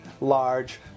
large